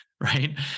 right